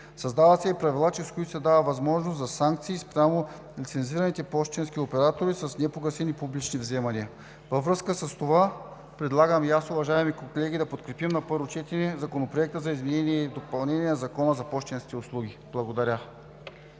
Създават се и правила, чрез които се дава възможност за санкции спрямо лицензираните пощенски оператори с непогасени публични вземания. Във връзка с това и аз, уважаеми колеги, предлагам да подкрепим на първо четене Законопроекта за изменение и допълнение на Закона за пощенските услуги. Благодаря.